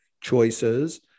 choices